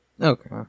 Okay